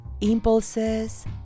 impulses